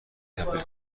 تبدیل